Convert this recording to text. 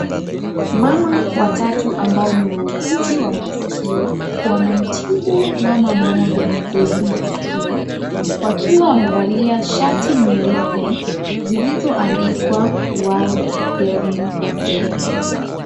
Mama watatu ambao ni wauguzi wa maskio, wanamtibu mama mmoja mzee maskio wakiwa wamevalia shati nyeupe zilizoandikwa (cs)world hearing day(cs).